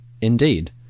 Indeed